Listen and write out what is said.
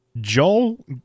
Joel